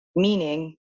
Meaning